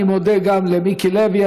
אני מודה גם למיקי לוי.